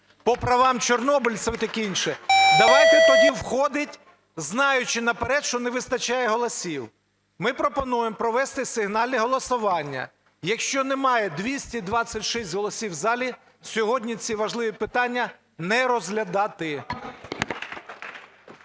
по правам чорнобильців і таке інше? Давайте тоді входити, знаючи наперед, що не вистачає голосів. Ми пропонуємо провести сигнальне голосування. Якщо немає 226 голосів в залі, сьогодні ці важливі питання не розглядати.